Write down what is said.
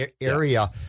area